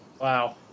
Wow